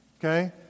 okay